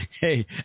Hey